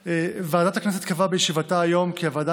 ועדת הכנסת קבעה בישיבתה היום כי הוועדה